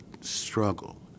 struggle